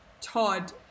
Todd